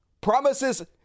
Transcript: promises